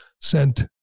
sent